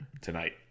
tonight